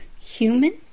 human